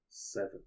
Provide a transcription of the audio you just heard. Seven